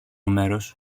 μέρος